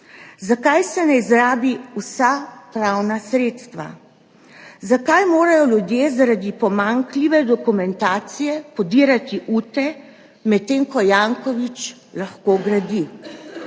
Zakaj se ne izrabi vseh pravnih sredstev? Zakaj morajo ljudje zaradi pomanjkljive dokumentacije podirati ute, medtem ko lahko Janković gradi?